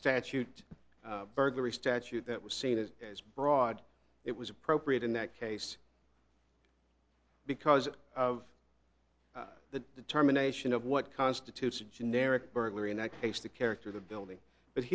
statute burglary statute that was seen as as broad it was appropriate in that case because of the determination of what constitutes a generic burglary in that case the character of the building but